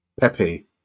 Pepe